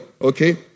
okay